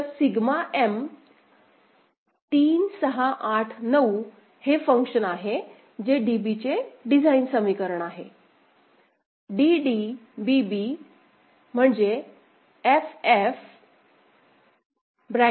तर sigma M 3689 हे function आहे जे DB चे डिझाईन समीकरण आहे